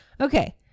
Okay